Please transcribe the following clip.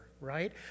right